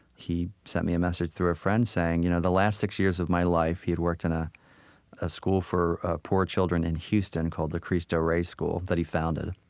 he sent me a message through a friend, saying, you know the last six years of my life he'd worked in ah a school for poor children in houston called the cristo rey school that he founded.